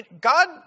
God